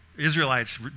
Israelites